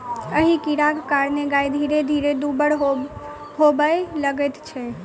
एहि कीड़ाक कारणेँ गाय धीरे धीरे दुब्बर होबय लगैत छै